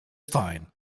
stein